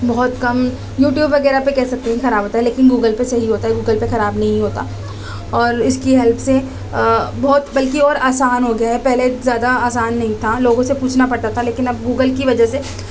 بہت کم یوٹیوب وغیرہ پہ کہہ سکتے ہیں خراب ہوتا ہے لیکن گوگل پہ صحیح ہوتا ہے گوگل پہ خراب نہیں ہوتا اور اس کی ہیلپ سے بہت بلکہ اور آسان ہو گیا ہے پہلے زیادہ آسان نہیں تھا لوگوں سے پوچھنا پڑتا تھا لیکن اب گوگل کی وجہ سے